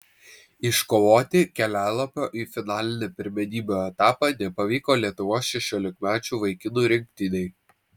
iškovoti kelialapio į finalinį pirmenybių etapą nepavyko lietuvos šešiolikmečių vaikinų rinktinei